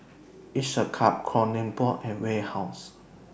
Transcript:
Each A Cup Kronenbourg and Warehouse